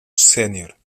sênior